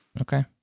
Okay